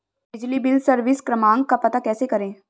बिजली bill service क्रमांक का पता कैसे करें?